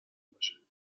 باشه